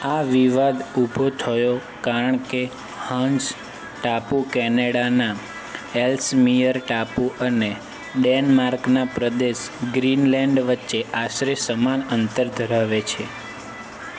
આ વિવાદ ઊભો થયો કારણ કે હંસ ટાપુ કેનેડાના એલ્સમિયર ટાપુ અને ડેનમાર્કના પ્રદેશ ગ્રીનલેન્ડ વચ્ચે આશરે સમાન અંતર ધરાવે છે